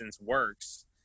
works